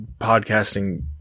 podcasting